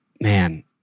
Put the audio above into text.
man